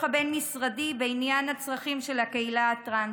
הבין-משרדי בעניין הצרכים של הקהילה הטרנסית.